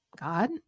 god